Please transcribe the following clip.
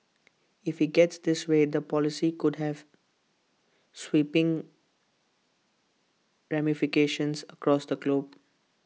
if he gets his way the policy could have sweeping ramifications across the globe